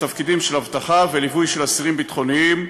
בתפקידים של אבטחה וליווי של אסירים ביטחוניים,